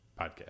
Podcast